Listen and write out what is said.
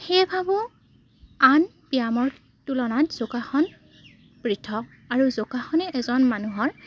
সেয়ে ভাবোঁ আন ব্যায়ামৰ তুলনাত যোগাসন পৃথক আৰু যোগাসনে এজন মানুহৰ